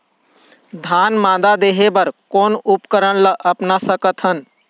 धान मादा देहे बर कोन उपकरण ला अपना सकथन?